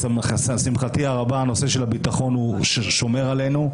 לשמחתי הרבה הנושא של הביטחון שומר עלינו,